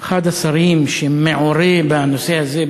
אחד השרים שמעורים בנושא הזה,